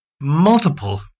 multiple